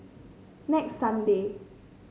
next Sunday